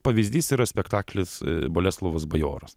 pavyzdys yra spektaklis boleslovas bajoras